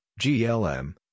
GLM